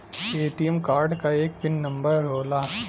ATM card क एक PIN number होला